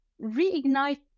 reignite